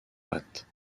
pâtes